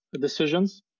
decisions